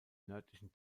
nördlichen